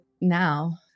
now